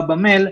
בא במייל,